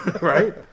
Right